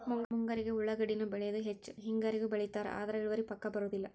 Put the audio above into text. ಮುಂಗಾರಿಗೆ ಉಳಾಗಡ್ಡಿನ ಬೆಳಿಯುದ ಹೆಚ್ಚ ಹೆಂಗಾರಿಗೂ ಬೆಳಿತಾರ ಆದ್ರ ಇಳುವರಿ ಪಕ್ಕಾ ಬರುದಿಲ್ಲ